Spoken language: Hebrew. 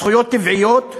זכויות טבעיות,